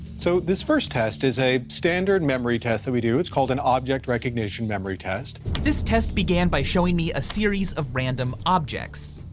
so this first test is a standard memory test that we do, it's called an object recognition memory test. this test began by showing me a series of random objects,